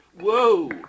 Whoa